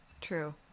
True